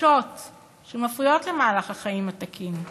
קשות שמפריעות למהלך החיים התקין.